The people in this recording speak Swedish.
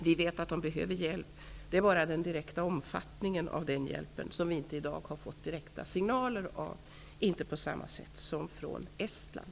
Vi vet att de behöver hjälp -- det är bara omfattningen av den hjälpen som vi hittills inte har fått direkta signaler om på samma sätt som från Estland.